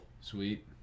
Sweet